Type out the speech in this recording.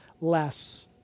less